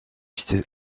citer